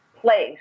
place